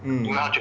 mm